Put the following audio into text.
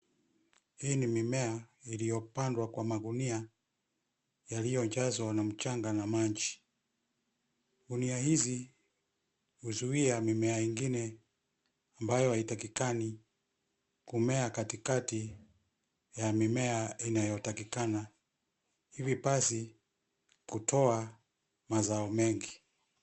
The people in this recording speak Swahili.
Hii ni mimea, iliyopandwa kwa magunia, yaliyojazwa na mchanga na maji, gunia hizi, huzuia mimea ingine, ambayo haitakikani, kumea katikati, ya mimea inayotakikana, hivi basi, kutoa, mazao mengi.